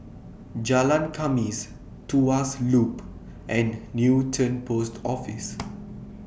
Jalan Khamis Tuas Loop and Newton Post Office